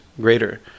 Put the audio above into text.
greater